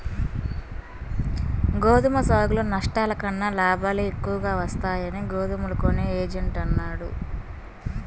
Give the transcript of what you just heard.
గోధుమ సాగులో నష్టాల కన్నా లాభాలే ఎక్కువగా వస్తాయని గోధుమలు కొనే ఏజెంట్ అన్నాడు